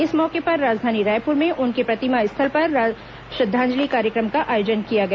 इस मौके पर राजधानी रायपुर में उनकी प्रतिमा स्थल पर श्रद्वांजलि कार्यक्रम का आयोजन किया गया